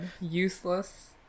useless